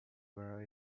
where